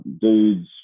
dudes